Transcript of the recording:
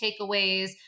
takeaways